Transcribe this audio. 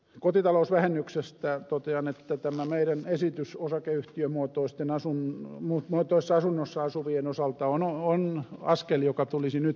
kotitalousvähennyksestä totean että tämä meidän esityksemme osakeyhtiömuotoisessa asunnossa asuvien osalta on askel joka tulisi nyt ottaa